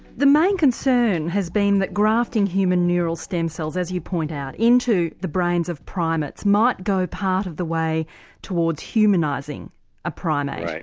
the main concern has been that grafting human neural stem cells, as you point out, into the brains of primates might go part of the way towards humanising a primate.